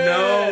no